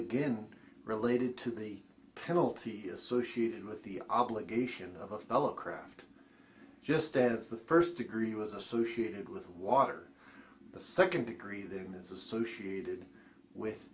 again related to the penalty as so she did with the obligation of a fellow craft just as the first degree was associated with water the second degree then is associated with